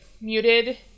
muted